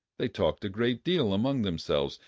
they talked a great deal among themselves,